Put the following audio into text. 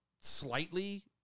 slightly